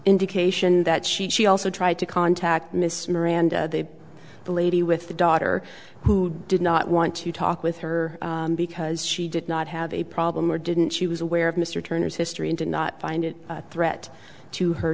indication that she she also tried to contact miss miranda the lady with the daughter who did not want to talk with her because she did not have a problem or didn't she was aware of mr turner's history and did not find it a threat to her